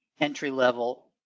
entry-level